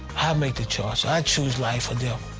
i make the choice. i choose life or death.